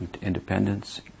independence